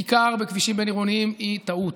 כיכר בכבישים בין-עירוניים היא טעות.